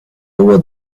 over